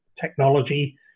technology